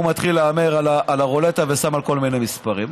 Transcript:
הוא מתחיל להמר על הרולטה ושם על כל מיני מספרים.